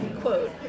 quote